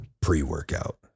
pre-workout